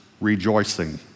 rejoicing